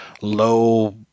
low